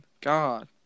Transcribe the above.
God